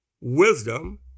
wisdom